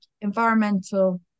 environmental